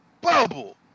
bubble